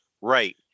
Right